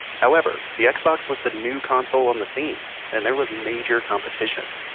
however, the xbox was the new console on the scene and there was major competition.